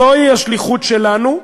זוהי השליחות שלנו,